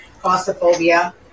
claustrophobia